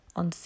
on